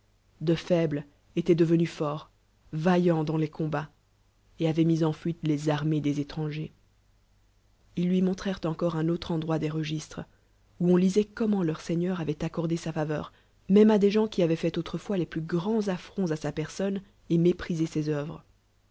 de foibles éwiedt devenus forts vaillants dans les combats et avoient mis en fuite les armées des étrangers ils lui montrèrent encore un autre endroit des regis li où on jiloit comment leur seigneur avoit accordé sa faveur à des gens qui avoient fait autrefois les plus grands affronts à sa personne et méprisé ses œuvres